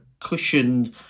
cushioned